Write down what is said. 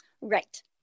right